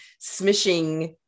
smishing